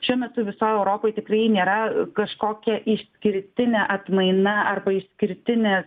šiuo metu visoj europoj tikrai nėra kažkokia išskirtinė atmaina arba išskirtinė